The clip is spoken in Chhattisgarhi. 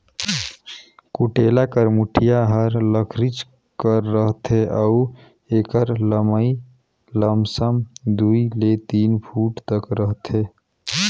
कुटेला कर मुठिया हर लकरिच कर रहथे अउ एकर लम्मई लमसम दुई ले तीन फुट तक रहथे